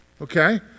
Okay